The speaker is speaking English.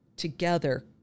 together